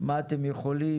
מה אתם יכולים,